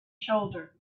shoulder